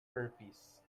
herpes